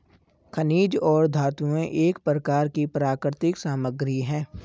खनिज और धातुएं एक प्रकार की प्राकृतिक सामग्री हैं